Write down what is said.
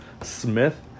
Smith